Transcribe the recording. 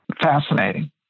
fascinating